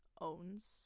owns